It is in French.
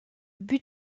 but